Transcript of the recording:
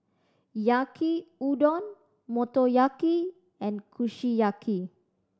Yaki Udon Motoyaki and Kushiyaki